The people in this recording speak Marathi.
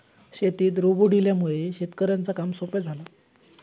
शेतीत रोबोट इल्यामुळे शेतकऱ्यांचा काम सोप्या झाला